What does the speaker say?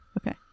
okay